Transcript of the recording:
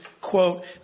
quote